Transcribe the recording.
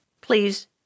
please